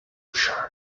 sure